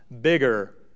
bigger